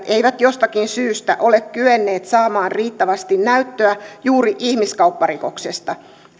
eivät jostakin syystä ole kyenneet saamaan riittävästi näyttöä juuri ihmiskaupparikoksesta